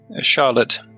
Charlotte